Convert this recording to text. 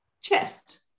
chest